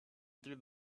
through